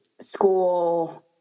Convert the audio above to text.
school